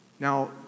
Now